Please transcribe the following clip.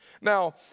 Now